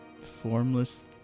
formless